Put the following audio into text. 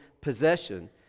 possession